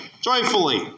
Joyfully